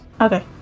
Okay